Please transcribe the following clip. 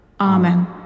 Amen